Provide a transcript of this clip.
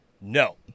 No